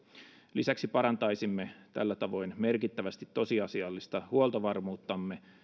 lisäksi parantaisimme tällä tavoin merkittävästi tosiasiallista huoltovarmuuttamme